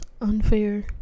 unfair